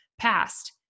passed